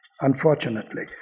unfortunately